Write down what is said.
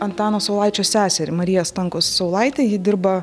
antano saulaičio seserį mariją stankus sulaitė ji dirba